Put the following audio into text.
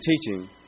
teaching